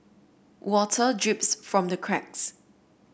water drips from the cracks